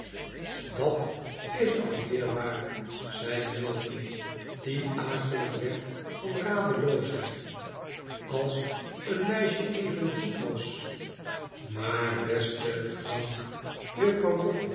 dat is alweer waar zeide milvey die akelig werd van radeloosheid als een meisje evengoed was t maar beste frank